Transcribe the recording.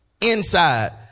inside